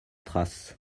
traces